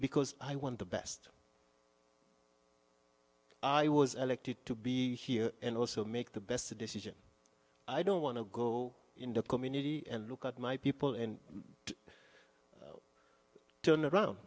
because i want the best i was elected to be here and also make the best decision i don't want to go in the community and look at my people in turn around